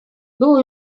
było